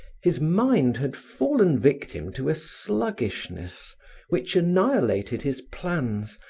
his mind had fallen victim to a sluggishness which annihilated his plans,